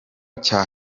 cya